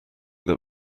that